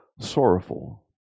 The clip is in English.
sorrowful